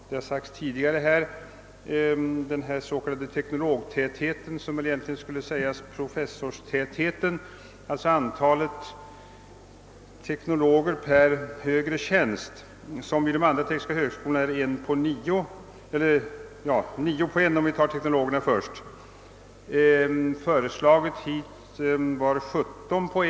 Tidigare har här sagts att den s.k. teknolog-professorstätheten, d. v. s. antalet platser för ordinarie studerande dividerat med antalet inrättade topptjänster, som vid de tre nuvarande högskolorna utgör 9:1, om vi tar teknologerna först, i Linköping föreslagits få relationen 17:1.